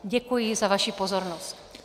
Děkuji za vaši pozornost.